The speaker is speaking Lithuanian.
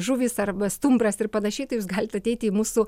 žuvys arba stumbras ir panašiai tai jūs galit ateiti į mūsų